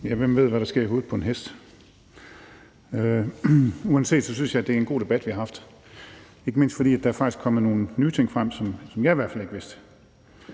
Ja, hvem ved, hvad der sker i hovedet på en hest? Uanset hvad synes jeg, det er en god debat, vi har haft, ikke mindst fordi der faktisk er kommet nogle nye ting frem, som jeg i hvert fald ikke vidste.